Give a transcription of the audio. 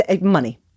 money